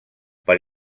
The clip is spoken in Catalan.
per